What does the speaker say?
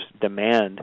demand